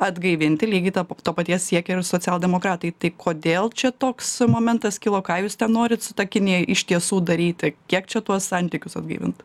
atgaivinti lygiai to pa to paties siekia ir socialdemokratai tai kodėl čia toks momentas kilo ką jūs ten norit su ta kinija iš tiesų daryti kiek čia tuos santykius atgaivint